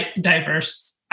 diverse